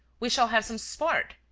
we shall have some sport.